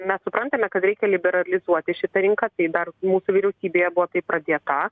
mes suprantame kad reikia liberalizuoti šitą rinką tai dar mūsų vyriausybėje buvo tai pradėta